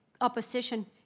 opposition